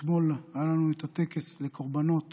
אתמול היה לנו טקס לקורבנות